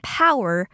power